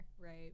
right